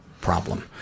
problem